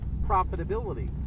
profitability